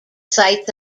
sites